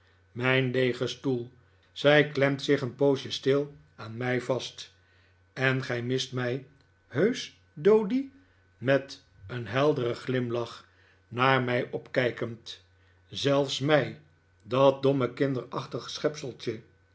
mijn leegen stoel zij klemt zich een poosje stil aan mij vast en gij mist mij heusch doady met een helderen glimlach naar mij opkijkend zelfs mij dat domme kinderachtige